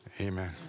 Amen